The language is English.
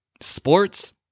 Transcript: sports